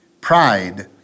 Pride